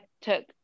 took